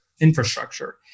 infrastructure